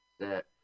set